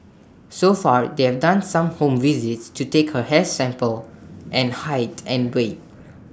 so far they are done some home visits to take her hair sample and height and weight